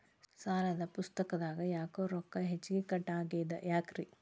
ಸಾಲದ ಪುಸ್ತಕದಾಗ ಯಾಕೊ ರೊಕ್ಕ ಹೆಚ್ಚಿಗಿ ಕಟ್ ಆಗೆದ ಯಾಕ್ರಿ?